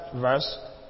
verse